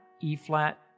E-flat